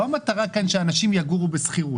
לא מטרה כאן שאנשים יגורו בשכירות.